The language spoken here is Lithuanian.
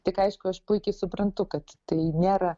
tik aišku aš puikiai suprantu kad tai nėra